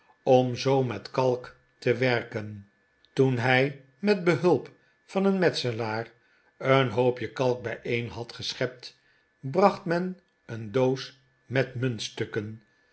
om zoo met kalk te werken toen hij met behulp van een metselaar een hoopje kalk bijeen had geschept bracht men een doosje met muntstukken